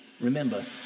Remember